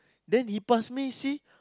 then he pass me see